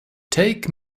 take